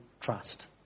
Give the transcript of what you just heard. trust